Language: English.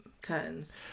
curtains